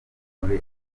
muri